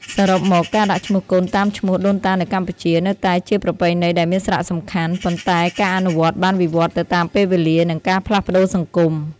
សរុបមក ការដាក់ឈ្មោះកូនតាមឈ្មោះដូនតានៅកម្ពុជា នៅតែជាប្រពៃណីដែលមានសារៈសំខាន់ ប៉ុន្តែការអនុវត្តន៍បានវិវត្តទៅតាមពេលវេលា និងការផ្លាស់ប្តូរសង្គម។